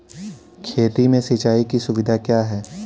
खेती में सिंचाई की सुविधा क्या है?